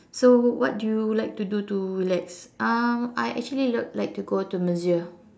so what do you like to do to relax um I actually like like to go to masseuse